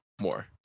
more